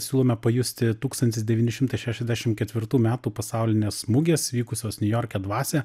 siūlome pajusti tūkstantis devyni šimtai šešiasdešim ketvirtų metų pasaulinės mugės vykusios niujorke dvasią